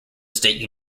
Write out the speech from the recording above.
state